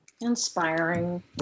inspiring